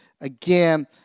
again